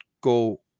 go